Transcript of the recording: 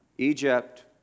Egypt